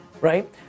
right